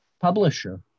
publisher